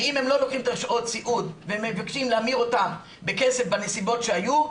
ואם הם לא לוקחים את שעות הסיעוד ומבקשים להמיר אותן בכסף בנסיבות שהיו,